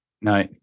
no